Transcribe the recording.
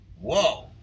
Whoa